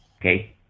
Okay